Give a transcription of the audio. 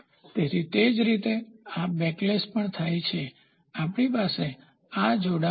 તેથી તે જ રીતે આ બેકલેશ પણ થાય છે જો આપણી પાસે આ જોડાણો છે